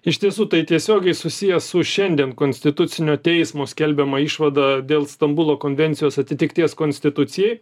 iš tiesų tai tiesiogiai susiję su šiandien konstitucinio teismo skelbiama išvada dėl stambulo konvencijos atitikties konstitucijai